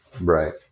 Right